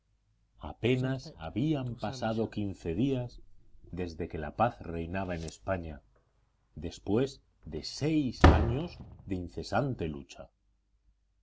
apenas habían pasado quince días desde que la paz reinaba en españa después de seis años de incesante lucha